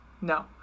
No